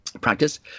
practice